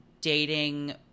dating